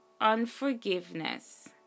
unforgiveness